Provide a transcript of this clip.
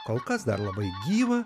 kol kas dar labai gyva